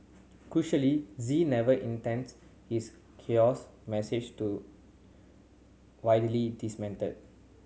crucially Z never intends his hoax message to widely disseminated